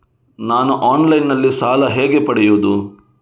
ನಾನು ಆನ್ಲೈನ್ನಲ್ಲಿ ಸಾಲ ಹೇಗೆ ಪಡೆಯುವುದು?